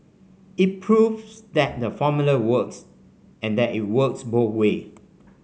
it proves that the formula works and that it works both way